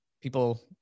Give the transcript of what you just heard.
people